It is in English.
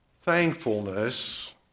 Thankfulness